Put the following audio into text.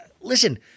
listen